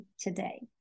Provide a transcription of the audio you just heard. today